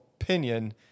opinion